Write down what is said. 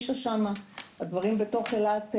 הדברים בתוך אילת,